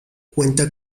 cuenta